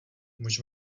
muž